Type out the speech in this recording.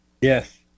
Yes